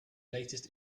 latest